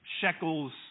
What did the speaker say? shekels